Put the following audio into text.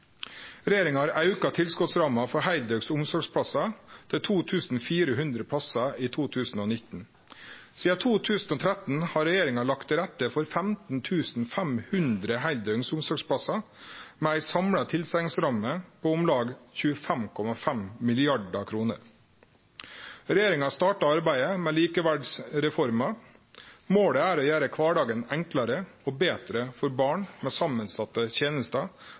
Regjeringa har auka tilskotsramma for heildøgns omsorgsplassar til 2 400 plassar i 2019. Sidan 2013 har regjeringa lagt til rette for 15 500 heildøgns omsorgsplassar, med ei samla tilsegnsramme på om lag 25,5 mrd. kr. Regjeringa har starta arbeidet med Likeverdsreforma. Målet er å gjere kvardagen enklare og betre for barn med behov for samansette tenester,